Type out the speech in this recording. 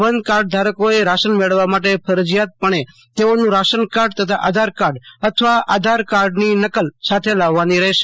one કાર્ડધારકો એ ration મેળવવા માટે ફરજિયાતપણે તેઓનું રાશનકાર્ડ તથા આધારકાર્ડ અથવા આધારકાર્ડની નકલ સાથે લાવવાની રહેશે